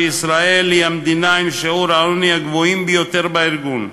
שישראל היא המדינה עם שיעור העוני הגבוה ביותר בארגון.